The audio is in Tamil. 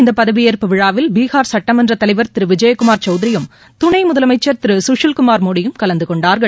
இந்த பதவியேற்பு விழாவில் பீகார் சட்டமன்ற தலைவர் திரு விஜயகுமார் சவுத்ரியும் துணை முதலமைச்சர் திரு சுஷில் குமார் மோடியும் கலந்து கொண்டார்கள்